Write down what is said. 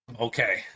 Okay